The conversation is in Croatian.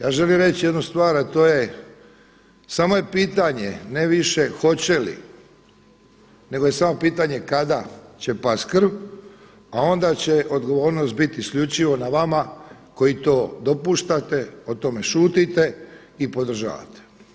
Ja želim reći jednu stvar, a to je, samo je pitanje ne više hoće li, nego je samo pitanje kada će past krv, a onda će odgovornost biti isključivo na vama koji to dopuštate, o tome šutite i podržavate.